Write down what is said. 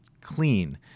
clean